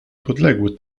podległy